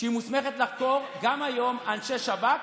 שהיא מוסמכת לחקור גם היום אנשי שב"כ,